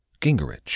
gingrich